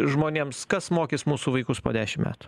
žmonėms kas mokys mūsų vaikus po dešim metų